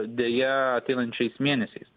deja ateinančiais mėnesiais